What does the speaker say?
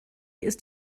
ist